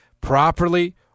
properly